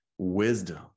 wisdom